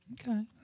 Okay